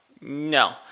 no